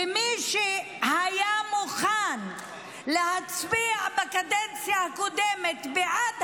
ומי שהיה מוכן להצביע בקדנציה הקודמת בעד